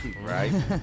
Right